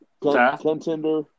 Contender